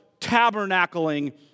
tabernacling